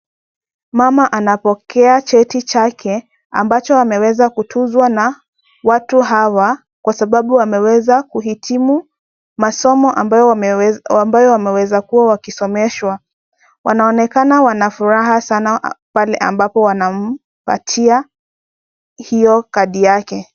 Mama anapokea cheti chake ambacho ameweza kutuzwa na watu hawa kwa sababu ameweza kuhitimu masomo ambayo wameweza kuwa wakisomeshwa wanaonekana wana furaha sana pale ambapo wanampatia hiyo kadi yake.